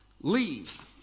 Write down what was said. leave